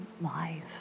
life